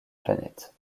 planète